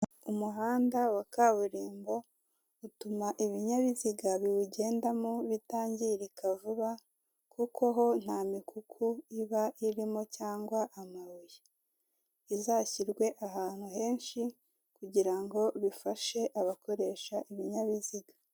Umuhanda wa kaburimbo utuma ibinyabiziga biwugendamo bitangirika vuba kuko ho nta mikuku iba irimo cyangwa amabuye izashyirwe ahantu henshi kugira bifashe abakoresha ibinyabiziga.